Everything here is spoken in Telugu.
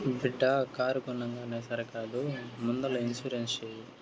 బిడ్డా కారు కొనంగానే సరికాదు ముందల ఇన్సూరెన్స్ చేయి